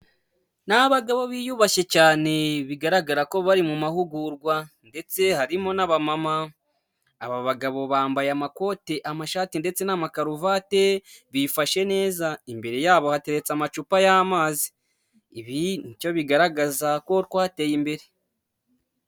Ni abagabo biyubashye cyane bigaragara ko bari mu mahugurwa ndetse harimo n'abamama, aba bagabo bambaye amakote, amashati ndetse n'amakaruvate bifashe neza, imbere ya bo hateretse amacupa y'amazi, ibi ni byo bigaragaza ko twateye imbere.